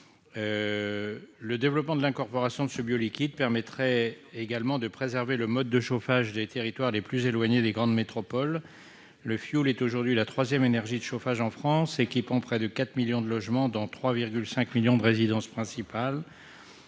Le développement de l'incorporation de ce bioliquide permettrait également de préserver le mode de chauffage des territoires les plus éloignés des grandes métropoles. Le fioul est aujourd'hui la troisième énergie de chauffage en France, équipant près de 4 millions de logements, dont 3,5 millions de résidences principales.